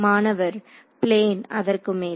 மாணவர் பிளேன் அதற்கு மேல்